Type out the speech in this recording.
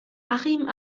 achim